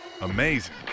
amazing